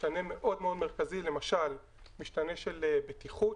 משתנה מאוד מרכזי הוא משתנה של בטיחות.